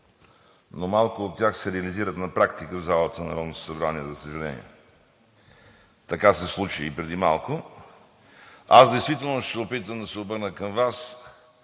но малко от тях се реализират на практика в залата на Народното събрание, за съжаление. Така се случи и преди малко. Аз действително ще се опитам да се обърна към Вас